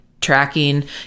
tracking